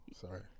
sorry